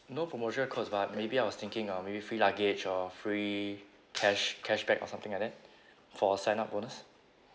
no promotional codes but maybe I was thinking of maybe free luggage or free cash cashback or something like that for sign up bonus